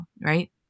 right